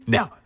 Now